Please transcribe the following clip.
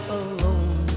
alone